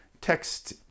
text